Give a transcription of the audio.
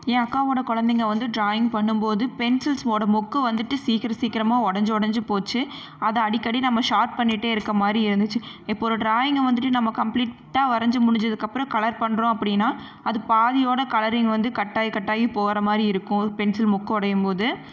ஏன் அக்காவோட குழந்தைங்க வந்து ட்ராயிங் பண்ணும் போது பென்சில்ஸ் ஓட மொக்கு வந்துவிட்டு சீக்கிர சீக்கிரமாக உடஞ்சி உடஞ்சி போச்சு அதை அடிக்கடி நம்ம ஷார்ப் பண்ணிகிட்டே இருக்கமாதிரி இருந்துச்சு இப்போ ஒரு ட்ராயிங்கை வந்துவிட்டு நம்ம கம்ப்ளீட்டாக வரஞ்சு முடிச்சதுக்கு அப்புறம் கலர் பண்ணுறோம் அப்படின்னா அது பாதியோட கலரிங் வந்து கட்டாகி கட்டாகி போகறமாரி இருக்கும் பென்சில் மொக்கு உடையும் போது